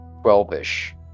Twelve-ish